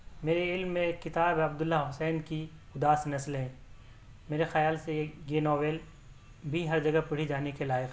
میرے علم میں ایک کتاب ہے عبد اللہ حُسین کی اُداس نسلیں میرے خیال سے یہ یہ ناول بھی ہر جگہ پڑھی جانے کے لائق ہے